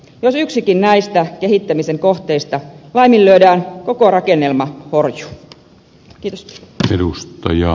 jos yksikin näistä kehittämisen kohteista laiminlyödään koko rakennelma horjuu